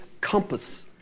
compass